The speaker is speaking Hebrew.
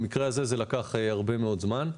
במקרה הזה זה לקח הרבה מאוד זמן.